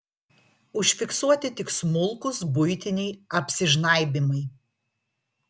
užfiksuoti tik smulkūs buitiniai apsižnaibymai